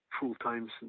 full-time